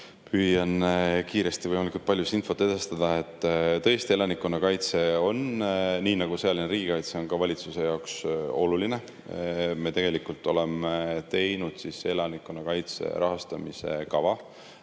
püüan kiiresti võimalikult palju infot edastada. Tõesti, elanikkonnakaitse on nii nagu sõjaline riigikaitse valitsuse jaoks oluline. Me tegelikult oleme teinud elanikkonnakaitse rahastamise kava